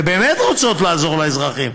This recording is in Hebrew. באמת רוצות לעזור לאזרחים,